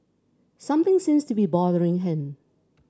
something seems to be bothering him